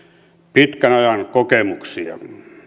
pitkän ajan kokemuksia